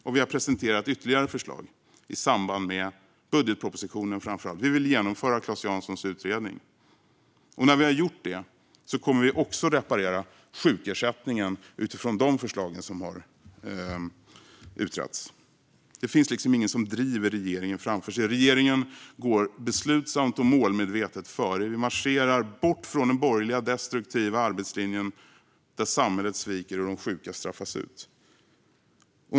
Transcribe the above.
Och vi har presenterat ytterligare förslag, framför allt i samband med budgetpropositionen. Vi vill genomföra Claes Janssons förslag i utredningen. När vi har gjort det kommer vi också att reparera sjukersättningen utifrån de förslag som har utretts. Det finns ingen som driver regeringen framför sig. Regeringen går beslutsamt och målmedvetet före. Vi marscherar bort från den borgerliga destruktiva arbetslinjen, där samhället sviker och de sjuka straffas ut.